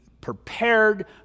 prepared